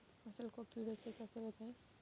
फसल को कीड़े से कैसे बचाएँ?